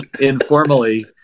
informally